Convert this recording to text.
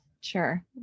Sure